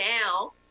now